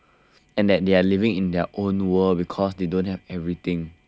and that they are living in their own world because they don't have everything